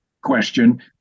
question